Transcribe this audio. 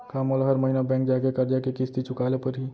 का मोला हर महीना बैंक जाके करजा के किस्ती चुकाए ल परहि?